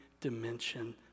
dimension